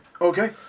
okay